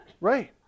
Right